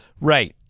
Right